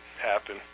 happen